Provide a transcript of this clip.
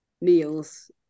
Meals